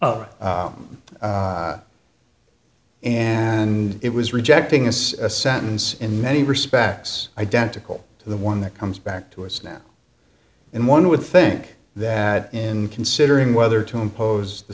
him and it was rejecting is a sentence in many respects identical to the one that comes back to us now and one would think that in considering whether to impose the